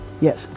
Yes